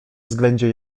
względzie